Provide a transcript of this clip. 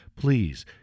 please